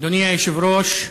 אדוני היושב-ראש,